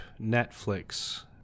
Netflix